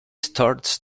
starts